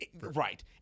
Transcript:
Right